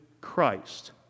Christ